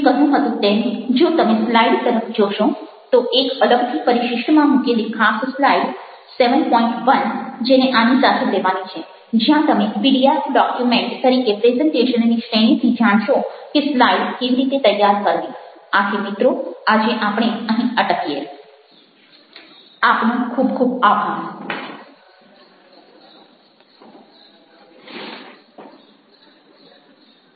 Glossary English Word Word Meaning Bubble bubble અહીં પાત્રનો સંવાદ દર્શાવવા માટેનો ચોક્કસ આકાર Layout લેઆઉટ બાહ્ય સ્વરૂપ Cartoon કાર્ટૂન કટાક્ષચિત્ર Design ડિઝાઈન ભાત Texture ટેક્સ્ચર પોત Disappear ડિસઅપીઅર અદ્રશ્ય થવું Fade out ફેઈડ આઉટ ઝાંખું થઈને ઊડી જવું Jumping જમ્પિંગ કૂદવું Bouncing bouncing ઊછળવું Energetic energetic ઊર્જાપૂર્ણ Typographic typographic છપકામને લગતું Serif serif સાર્મિક Sans serif sans serif સાર્મિક ન હોય તે Hyperlink હાયપર લિન્ક વિજાણુ માધ્યમ પર એક સ્રોત પરથી બીજા સ્રોત પર જવા માટે આપેલી લિન્ક કડી